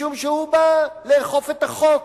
משום שהוא בא לאכוף את החוק,